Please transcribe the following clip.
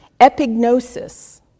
epignosis